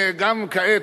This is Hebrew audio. גם כעת,